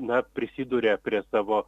na prisiduria prie savo